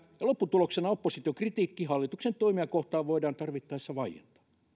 lopputuloksena opposition kritiikki hallituksen toimia kohtaan voidaan tarvittaessa vaientaa